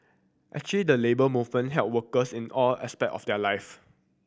actually the Labour Movement help workers in all aspect of their life